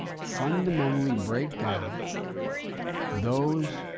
fundamentally breakdown those